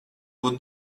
būt